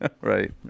Right